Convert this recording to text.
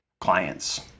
clients